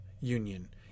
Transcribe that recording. union